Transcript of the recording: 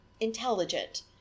intelligent